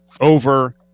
over